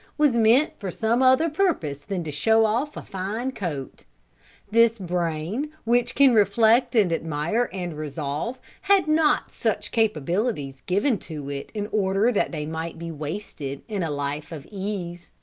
was meant for some other purpose than to show off a fine coat this brain, which can reflect and admire and resolve, had not such capabilities given to it in order that they might be wasted in a life of ease.